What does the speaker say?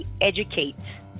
educate